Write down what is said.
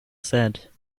said